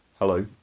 hello.